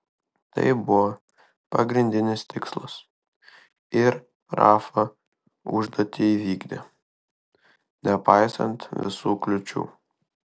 tai buvo pagrindinis tikslas ir rafa užduotį įvykdė nepaisant visų kliūčių